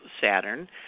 Saturn